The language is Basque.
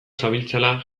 zabiltzala